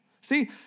See